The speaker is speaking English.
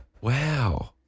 wow